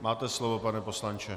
Máte slovo, pane poslanče.